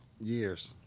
Years